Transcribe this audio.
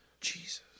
Jesus